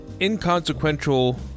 inconsequential